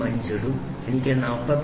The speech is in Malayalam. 005 ഇടും എനിക്ക് 45